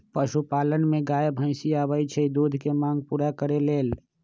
पशुपालन में गाय भइसी आबइ छइ दूध के मांग पुरा करे लेल